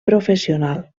professional